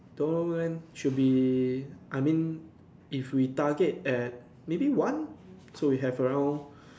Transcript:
don't know should be I mean if we target at maybe one so we have around